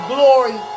Glory